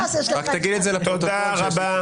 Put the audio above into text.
תודה רבה.